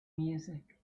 music